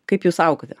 kaip jūs augote